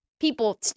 People